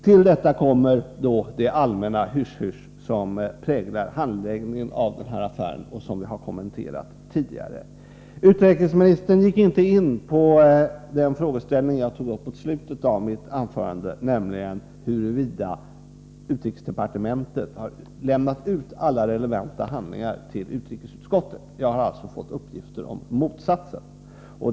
Till detta kommer det allmänna hysch-hysch som präglar handläggningen av affären, vilket vi har kommenterat tidigare. Utrikesministern gick inte in på den frågeställning jag tog upp i slutet av mitt anförande, nämligen huruvida utrikesdepartementet har lämnat alla relevanta handlingar till utrikesutskottet. Jag har fått uppgifter om att så inte skulle vara fallet.